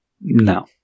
No